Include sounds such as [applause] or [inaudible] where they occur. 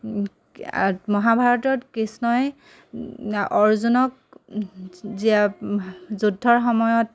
[unintelligible] মহাভাৰতত কৃষ্ণই অৰ্জুনক [unintelligible] যুদ্ধৰ সময়ত